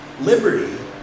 Liberty